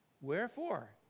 Wherefore